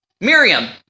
Miriam